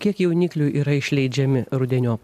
kiek jauniklių yra išleidžiami rudeniop